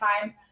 time